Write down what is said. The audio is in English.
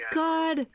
god